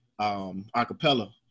acapella